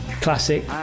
classic